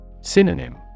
Synonym